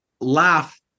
laugh